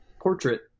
portrait